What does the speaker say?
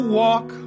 walk